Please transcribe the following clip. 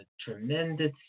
tremendous